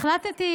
החלטתי,